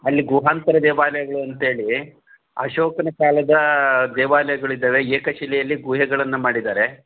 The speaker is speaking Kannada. ಅಲ್ಲಿ ಗುಹಾಂತರ ದೇವಾಲಯಗಳು ಅಂತೇಳಿ ಅಶೋಕನ ಕಾಲದ ದೇವಾಲಯಗಳಿದ್ದಾವೆ ಏಕ ಶಿಲೆಯಲ್ಲಿ ಗುಹೆಗಳನ್ನು ಮಾಡಿದ್ದಾರೆ